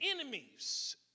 enemies